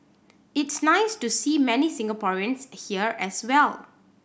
it's nice to see many Singaporeans here as well